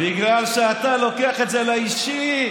בגלל שאתה לוקח את זה לאישי.